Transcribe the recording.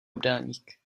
obdélník